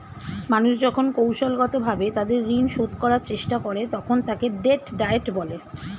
মানুষ যখন কৌশলগতভাবে তাদের ঋণ শোধ করার চেষ্টা করে, তখন তাকে ডেট ডায়েট বলে